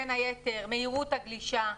בין היתר מהירות הגלישה.